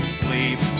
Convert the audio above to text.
sleep